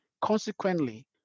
Consequently